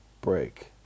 break